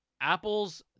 Apple's